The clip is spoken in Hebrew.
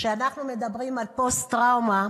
כשאנחנו מדברים על פוסט-טראומה,